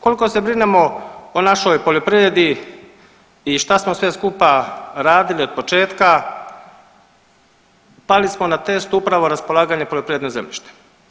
Kolko se brinemo o našoj poljoprivredi i šta smo sve skupa radili od početka pali smo na testu upravo raspolaganjem poljoprivrednim zemljištem.